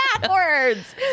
backwards